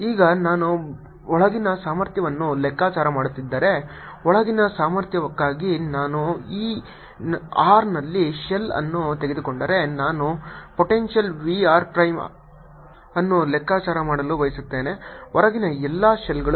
ಈಗ ನಾನು ಒಳಗಿನ ಸಾಮರ್ಥ್ಯವನ್ನು ಲೆಕ್ಕಾಚಾರ ಮಾಡುತ್ತಿದ್ದರೆ ಒಳಗಿನ ಸಾಮರ್ಥ್ಯಕ್ಕಾಗಿ ನಾನು r ನಲ್ಲಿ ಶೆಲ್ ಅನ್ನು ತೆಗೆದುಕೊಂಡರೆ ನಾನು ಪೊಟೆಂಶಿಯಲ್ V r ಪ್ರೈಮ್ ಅನ್ನು ಲೆಕ್ಕಾಚಾರ ಮಾಡಲು ಬಯಸುತ್ತೇನೆ ಹೊರಗಿನ ಎಲ್ಲಾ ಶೆಲ್ಗಳು